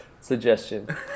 suggestion